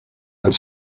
als